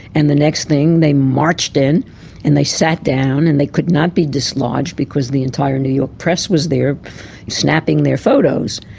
and the next thing they marched in and they sat down and they could not be dislodged because the entire new york press was there snapping their photos.